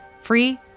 Free